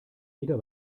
jeder